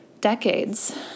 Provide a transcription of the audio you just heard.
decades